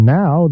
now